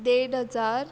देड हजार